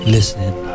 Listening